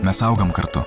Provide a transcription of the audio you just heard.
mes augam kartu